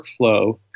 workflow